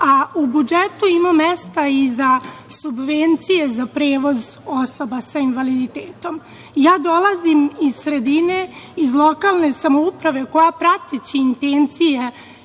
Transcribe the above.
a u budžetu ima mesta i za subvencije za prevoz osoba sa invaliditetom. Ja dolazim iz sredine, iz lokalne samouprave koja, prateći intencije